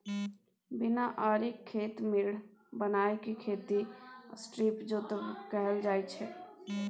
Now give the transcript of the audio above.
बिना आरिक खेत मेढ़ बनाए केँ खेती स्ट्रीप जोतब कहल जाइ छै